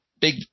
big